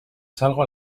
salgo